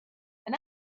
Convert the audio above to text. and